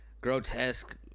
grotesque